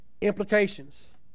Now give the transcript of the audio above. Implications